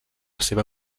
seva